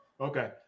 Okay